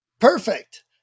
Perfect